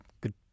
good